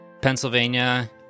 pennsylvania